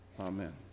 amen